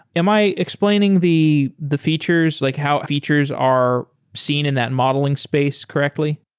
am i explaining the the features like how features are seen in that modeling space correctly?